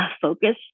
focus